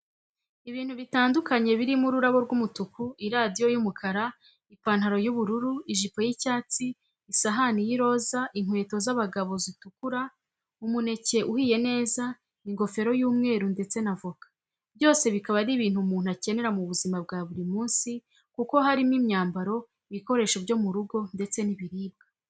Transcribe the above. Ibintu bitandukanye birimo ururabo rw'umutuku, iradiyo y'umukara, ipantaro y'ubururu, ijipo y'icyatsi, isahani y'iroza, inkweto z'abagabo zitukura, umuneke uhiye neza, ingofero y'umweru ndetse n'avoka. byose bikaba ari ibintu umuntu akenera mu buzima bwa buri munsi kuko harimo imyambaro, ibikoresho byo mu rugo ndetse n'ibiribwa.